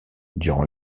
durant